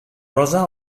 rosa